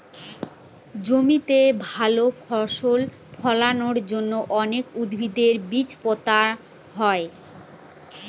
জমিতে ভালো ফসল ফলানোর জন্য অনেক উদ্ভিদের বীজ পোতা হয়